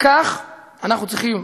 כך אנחנו צריכים,